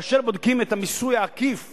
כאשר בודקים את המיסוי העקיף